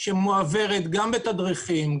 שמועברת גם בתדריכים,